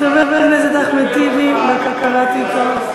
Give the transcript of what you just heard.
חבר הכנסת אחמד טיבי, לא קראתי טוב.